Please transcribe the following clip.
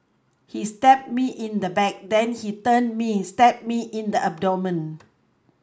he stabbed me in the back then he turned me stabbed me in the abdomen